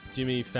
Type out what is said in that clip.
Jimmy